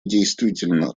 действительно